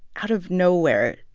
out of nowhere,